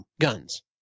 guns